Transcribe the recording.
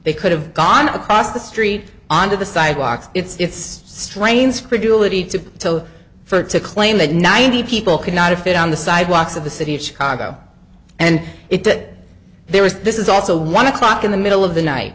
they could have gone across the street onto the sidewalk it's strains credulity to so for to claim that ninety people could not if it on the sidewalks of the city of chicago and it there was this is also one o'clock in the middle of the night